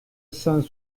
cent